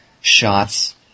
shots